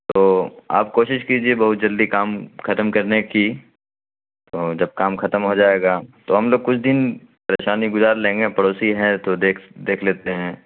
تو آپ کوشش کیجیے بہت جلدی کام ختم کرنے کی تو جب کام ختم ہو جائے گا تو ہم لوگ کچھ دن پریشانی گزار لیں گے پڑوسی ہیں تو دیکھ دیکھ لیتے ہیں